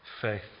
faith